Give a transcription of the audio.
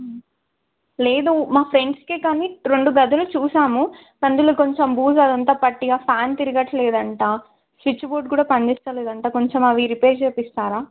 లేదు మా ఫ్రెండ్స్కే కానీ రెండు గదులు చూశాము అందులో కొంచెం బూజు అదంతా పట్టి ఫ్యాన్ తిరగట్లేదంట స్విచ్ బోర్డ్ కూడా పని చేస్తలేదంట కొంచెం అవి రిపేర్ చేయిస్తారా